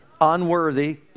unworthy